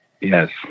Yes